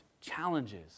challenges